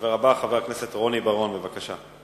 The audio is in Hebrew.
הדובר הבא, חבר הכנסת רוני בר-און, בבקשה.